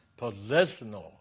positional